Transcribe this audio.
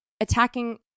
attacking